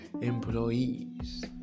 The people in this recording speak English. Employees